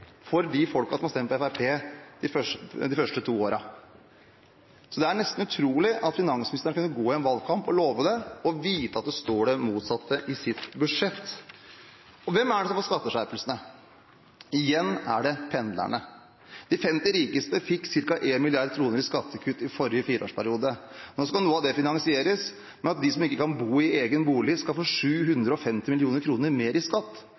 for de folkene som har stemt på Fremskrittspartiet, de første to årene. Det er nesten utrolig at finansministeren kunne gå i en valgkamp og love det og vite at det står det motsatte i hennes budsjett. Hvem er det som får skatteskjerpelsene? Igjen er det pendlerne. De femti rikeste fikk ca. 1 mrd. kr i skattekutt i forrige fireårsperiode. Nå skal noe av det finansieres med at de som ikke kan bo i egen bolig, skal få 750 mill. kr mer i skatt.